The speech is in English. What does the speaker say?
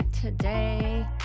today